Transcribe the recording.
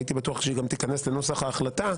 והייתי בטוח שהיא גם תיכנס לנוסח ההחלטה,